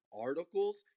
articles